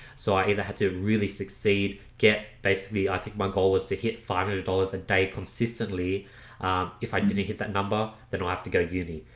so i either had to really succeed get basically i think my goal is to hit five hundred dollars a day consistently if i didn't hit that number, they don't have to go uni,